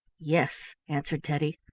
yes, answered teddy,